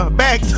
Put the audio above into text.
back